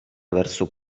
verso